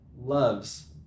loves